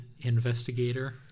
investigator